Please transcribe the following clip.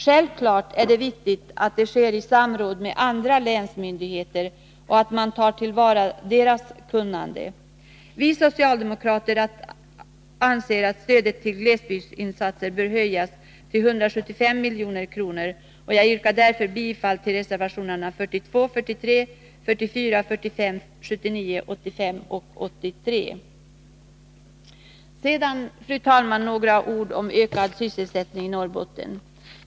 Självfallet är det viktigt att det sker i samråd med andra länsmyndigheter och att man tar till vara deras kunnande. Vi socialdemokrater anser att stödet till glesbygdsinsatser bör höjas till 175 milj.kr. Jag yrkar därför bifall till reservationerna 42, 43, 44, 45, 79, 83 och 85. Sedan, fru talman, några ord om åtgärder för ökad sysselsättning i Norrbotten.